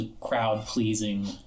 crowd-pleasing